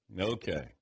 Okay